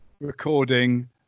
recording